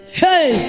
hey